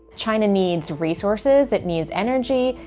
china needs resources, it needs energy.